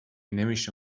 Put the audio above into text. نمیشه